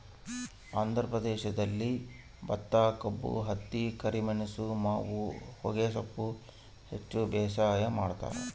ಆಂಧ್ರ ಪ್ರದೇಶದಲ್ಲಿ ಭತ್ತಕಬ್ಬು ಹತ್ತಿ ಕರಿಮೆಣಸು ಮಾವು ಹೊಗೆಸೊಪ್ಪು ಹೆಚ್ಚು ಬೇಸಾಯ ಮಾಡ್ತಾರ